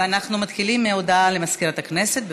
מתחילים עם הודעה למזכירת הכנסת.